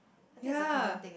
ya